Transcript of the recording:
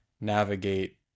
navigate